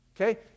Okay